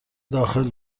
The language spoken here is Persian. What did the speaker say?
داخل